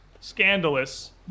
scandalous